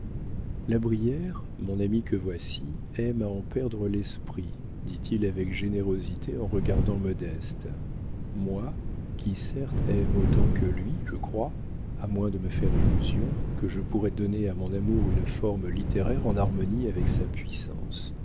la brière mon ami que voici aime à en perdre l'esprit dit-il avec générosité en regardant modeste moi qui certes aime autant que lui je crois à moins de me faire illusion que je pourrais donner à mon amour une forme littéraire en harmonie avec sa puissance